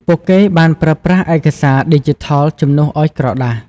ពួកគេបានប្រើប្រាស់ឯកសារឌីជីថលជំនួសឱ្យក្រដាស។